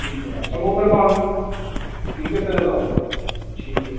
ਠੀਕ ਹੈ ਚਲੋ ਫਿਰ ਮੈਂ ਅਨ ਠੀਕ ਹੈ ਫੇਰਾ ਲਾਉਗੇ ਠੀਕ ਹੈ